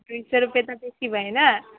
दुई सय रुपियाँ त बेसी भएन